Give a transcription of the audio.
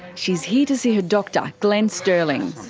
she's here to see her doctor, glenn stirling.